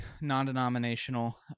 non-denominational